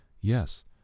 Yes